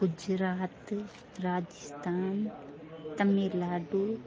Gujarat Rajasthan Tamil Nadu